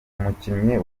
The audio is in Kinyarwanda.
umukinnyi